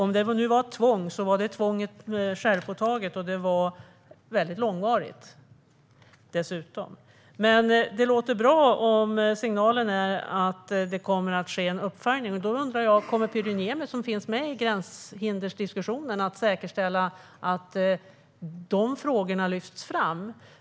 Om det nu var tvång var det tvånget självpåtaget och dessutom väldigt långvarigt. Men det låter bra om signalen är att det kommer att ske en uppföljning. Då undrar jag: Kommer Pyry Niemi, som är med i gränshinderdiskussionen, att säkerställa att de frågorna lyfts fram.